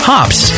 Hops